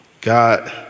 God